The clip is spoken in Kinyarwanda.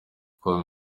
com